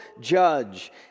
judge